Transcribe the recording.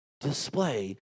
display